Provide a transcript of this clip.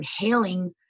inhaling